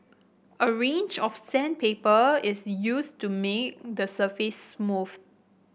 a range of sandpaper is used to make the surface smooth